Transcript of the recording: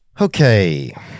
Okay